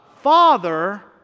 Father